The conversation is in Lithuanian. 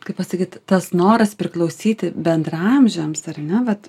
kaip pasakyt tas noras priklausyti bendraamžiams ar ne vat